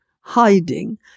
hiding